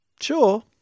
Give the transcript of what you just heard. sure